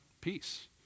peace